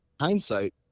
Hindsight